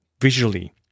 visually